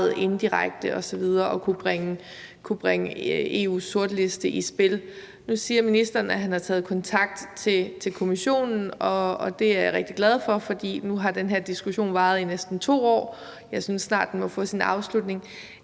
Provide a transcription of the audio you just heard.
indirekte osv. og at kunne bringe EU's sortliste i spil. Nu siger ministeren, at han har taget kontakt til Kommissionen, og det er jeg rigtig glad for, for nu har den her diskussion varet i næsten 2 år, og jeg synes snart, den må få sin afslutning.